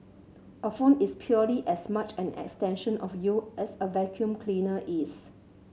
a phone is purely as much an extension of you as a vacuum cleaner is